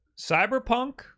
Cyberpunk